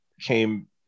came